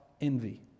envy